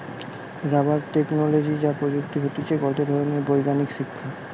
rubber technology বা প্রযুক্তি হতিছে গটে ধরণের বৈজ্ঞানিক শিক্ষা